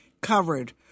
covered